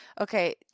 okay